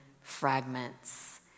fragments